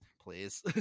please